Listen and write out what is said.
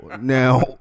Now